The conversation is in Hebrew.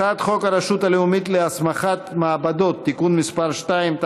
הצעת חוק הרשות הלאומית להסמכת מעבדות (תיקון מס' 2),